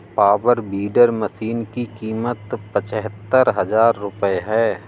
power weeder machine की कीमत पचहत्तर हजार रूपये है